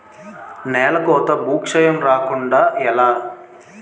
నేలకోత భూక్షయం రాకుండ ఎలా?